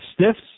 stiffs